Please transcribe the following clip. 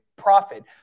profit